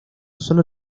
solo